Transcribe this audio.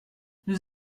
nous